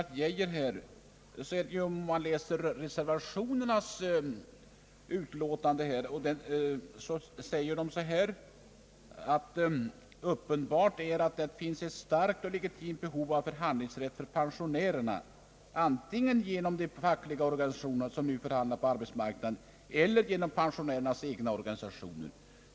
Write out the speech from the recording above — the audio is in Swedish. Vad så beträffar herr Lennart Geijers yttrande är det ju så, att reservanterna i sitt utlåtande direkt säger, att det är uppenbart att det finns ett starkt och legitimt behov av förhandlingsrätt för pensionärerna antingen genom de fackliga organisationer, som nu förhandlar på arbetsmarknaden, eller genom pensionärernas egna «organisationer.